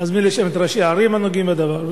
נזמין לשם את ראשי הערים הנוגעים בדבר.